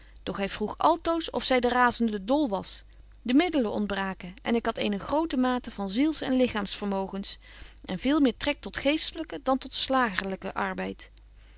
doch hy vroeg altoos of zy dan razende dol was de middelen ontbraken en ik had eene grote mate van ziels en lichaams vermogens en veel meer trek tot geestelyken dan tot slagerlyken arbeid